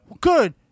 good